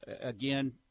again